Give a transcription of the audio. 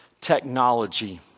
technology